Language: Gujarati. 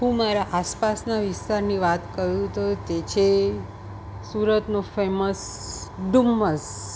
હું મારા આસપાસના વિસ્તારની વાત કરું તો તે છે સુરતનો ફેમસ ડુમસ